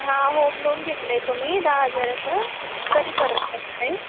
हां home loan घेतलं आहे तुम्ही दहा हजाराचं कधी परत करणार आहे